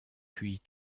puis